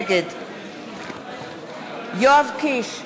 נגד יואב קיש,